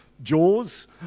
Jaws